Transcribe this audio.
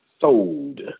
sold